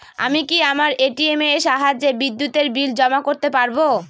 আমি কি আমার এ.টি.এম এর সাহায্যে বিদ্যুতের বিল জমা করতে পারব?